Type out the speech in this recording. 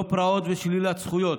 לא פרעות ושלילת זכויות,